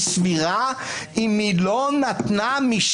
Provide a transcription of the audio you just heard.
נא לצאת.